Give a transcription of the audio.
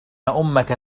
أمك